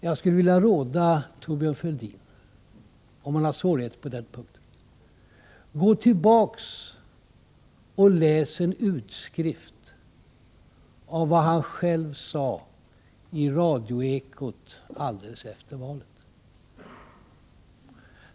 Jag skulle vilja råda Thorbjörn Fälldin, om han har svårigheter på den punkten, att gå tillbaka och läsa utskriften av vad Thorbjörn Fälldin själv sade i Radioekot alldeles efter valet.